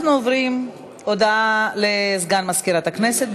אנחנו עוברים להודעה לסגן מזכירת הכנסת.